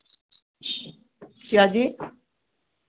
क्या जी